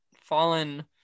fallen